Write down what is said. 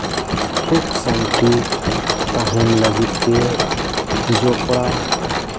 ᱥᱩᱠ ᱥᱟᱱᱛᱤ ᱛᱟᱦᱮᱱ ᱞᱟᱹᱜᱤᱫ ᱛᱮ ᱡᱚᱯᱲᱟᱣ